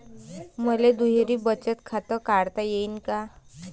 मले दुहेरी बचत खातं काढता येईन का?